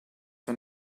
vor